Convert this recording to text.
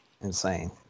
Insane